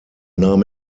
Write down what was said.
nahm